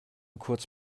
kurz